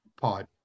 pod